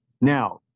now